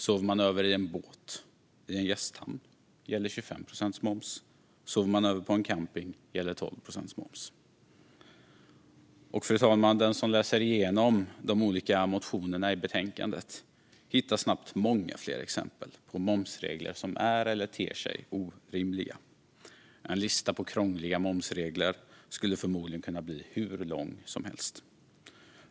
Sover man över i en båt i en gästhamn gäller 25 procents moms. Sover man över på en camping gäller 12 procents moms. Fru talman! Den som läser igenom de olika motionerna i betänkandet hittar snabbt många fler exempel på momsregler som är eller ter sig orimliga. En lista över krångliga momsregler skulle förmodligen kunna bli hur lång som helst.